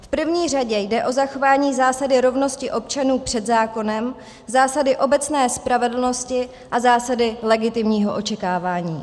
V první řadě jde o zachování zásady rovnosti občanů před zákonem, zásady obecné spravedlnosti a zásady legitimního očekávání.